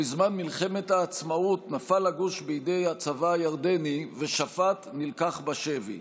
בזמן מלחמת העצמאות נפל הגוש בידי הצבא הירדני ושפט נלקח בשבי,